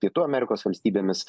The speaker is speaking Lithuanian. pietų amerikos valstybėmis